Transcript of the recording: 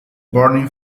burning